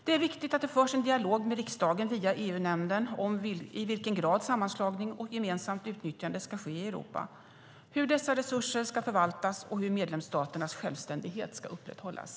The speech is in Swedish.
Det är viktigt att det förs en dialog med riksdagen via EU-nämnden om i vilken grad sammanslagning och gemensamt utnyttjande ska ske i Europa, hur dessa resurser ska förvaltas och hur medlemsstaternas självständighet ska upprätthållas.